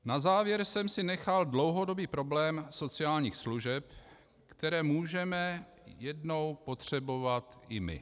Na závěr jsem si nechal dlouhodobý problém sociálních služeb, které můžeme jednou potřebovat i my.